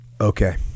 Okay